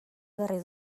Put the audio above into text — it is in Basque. berri